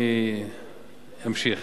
אני אמשיך.